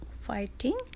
fighting